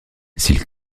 s’il